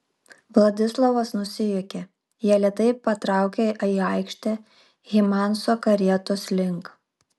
vladislovas nusijuokė jie lėtai patraukė į aikštę hymanso karietos link